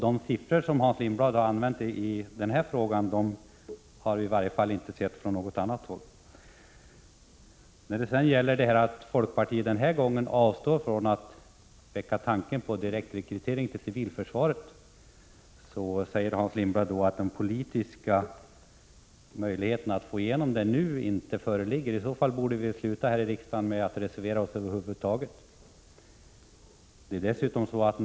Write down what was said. De siffror som Hans Lindblad nämner i denna fråga har jag inte sett någon annanstans. Folkpartiet avstår denna gång från att väcka tanken på direktrekrytering till civilförsvaret, och Hans Lindblad säger att det nu inte föreligger politiska möjligheter att få igenom förslaget. I så fall borde vi här i riksdagen över huvud taget sluta att reservera oss.